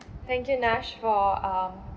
thank you nash for um